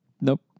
nope